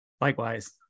likewise